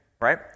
Right